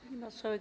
Pani Marszałek!